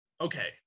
Okay